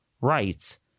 rights